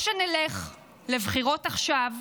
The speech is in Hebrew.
או שנלך לבחירות עכשיו,